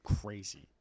Crazy